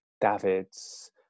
Davids